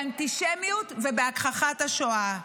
באנטישמיות ובהגחכת השואה.